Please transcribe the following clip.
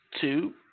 two